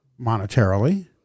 monetarily